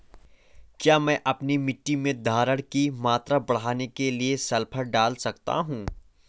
क्या मैं अपनी मिट्टी में धारण की मात्रा बढ़ाने के लिए सल्फर डाल सकता हूँ?